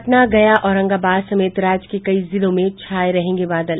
पटना गया औरंगाबाद समेत राज्य के कई जिलों में छाये रहेंगे बादल